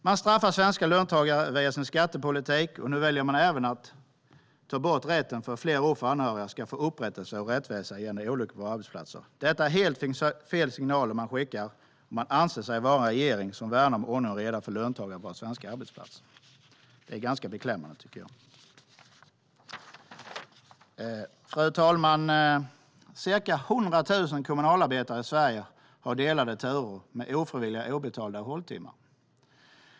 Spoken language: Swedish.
Man straffar svenska löntagare via sin skattepolitik, och nu väljer man även att ta bort rätten för fler offer och anhöriga att få upprättelse och rättvisa gällande olyckor på arbetsplatser. Det är helt fel signaler om man anser sig vara en regering som värnar om ordning och reda för löntagare på våra svenska arbetsplatser. Det är ganska beklämmande, tycker jag. Fru talman! Ca 100 000 kommunalarbetare i Sverige har delade turer med ofrivilliga, obetalda håltimmar.